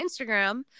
instagram